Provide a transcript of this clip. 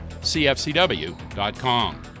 cfcw.com